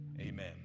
amen